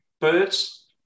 birds